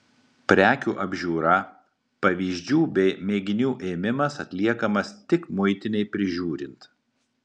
prekių apžiūra pavyzdžių bei mėginių ėmimas atliekamas tik muitinei prižiūrint